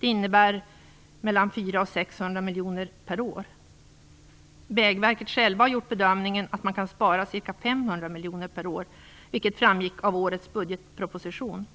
Det innebär mellan 400 och 600 miljoner kronor per år. På Vägverket har man själv gjort bedömningen att man kan spara ca 500 miljoner kronor per år, vilket framgick av årets budgetproposition.